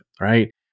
right